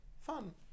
fun